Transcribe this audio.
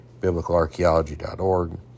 Biblicalarchaeology.org